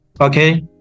okay